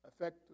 affect